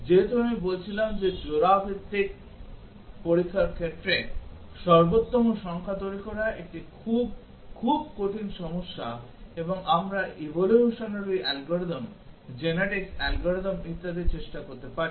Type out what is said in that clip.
যেহেতু আমি বলছিলাম যে জোড় ভিত্তিক পরীক্ষার ক্ষেত্রে সর্বোত্তম সংখ্যা তৈরি করা একটি খুব খুব কঠিন সমস্যা এবং আমরা evolutionary অ্যালগরিদম genetic অ্যালগরিদম ইত্যাদি চেষ্টা করতে পারি